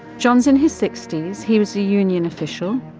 john is in his sixty s, he was a union official.